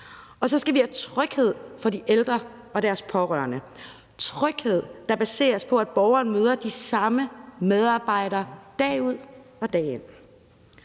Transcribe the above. Og så skal vi have tryghed for de ældre og deres pårørende, der baseres på, at borgeren møder de samme medarbejdere dag ud og dag ind.